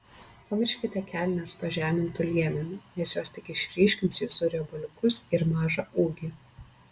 pamirškite kelnes pažemintu liemeniu nes jos tik išryškins jūsų riebaliukus ir mažą ūgį